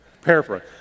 paraphrase